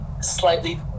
slightly